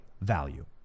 value